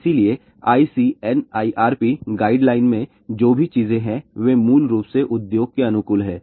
इसलिए ICNIRP guideline में जो भी चीजें हैं वे मूल रूप से उद्योग के अनुकूल हैं